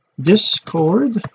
Discord